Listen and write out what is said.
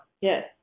yes